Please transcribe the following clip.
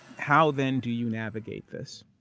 how then do you navigate this?